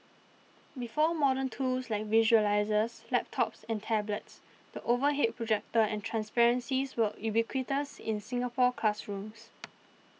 before modern tools like visualisers laptops and tablets the overhead projector and transparencies were ubiquitous in Singapore classrooms